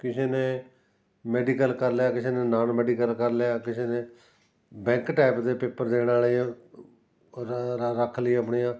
ਕਿਸੇ ਨੇ ਮੈਡੀਕਲ ਕਰ ਲਿਆ ਕਿਸੇ ਨੇ ਨਾਨ ਮੈਡੀਕਲ ਕਰ ਲਿਆ ਕਿਸੇ ਨੇ ਬੈਂਕ ਟੈਪ ਦੇ ਪੇਪਰ ਦੇਣ ਵਾਲੇ ਆ ਰ ਰ ਰੱਖ ਲਈਆਂ ਆਪਣੀਆਂ